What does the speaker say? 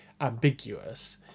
ambiguous